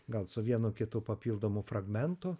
gal su vienu kitu papildomu fragmentu